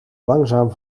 langzaam